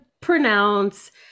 pronounce